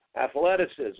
athleticism